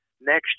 next